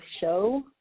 show